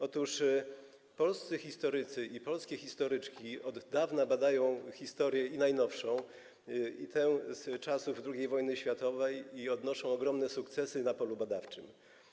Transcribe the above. Otóż polscy historycy i polskie historyczki od dawna badają historię, i tę najnowszą, i tę z czasów II wojny światowej, i odnoszą ogromne sukcesy na polu badawczym.